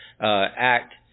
act